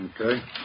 Okay